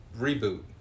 reboot